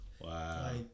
Wow